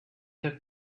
took